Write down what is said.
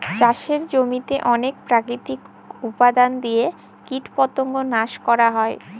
চাষের জমিতে অনেক প্রাকৃতিক উপাদান দিয়ে কীটপতঙ্গ নাশ করা হয়